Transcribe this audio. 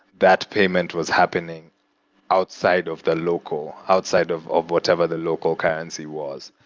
that payment was happening outside of the local outside of of whatever the local currency was.